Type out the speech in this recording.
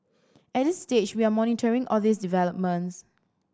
at this stage we are monitoring all these developments